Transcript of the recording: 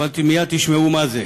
אתם מייד תשמעו מה זה.